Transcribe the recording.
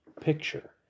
picture